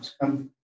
come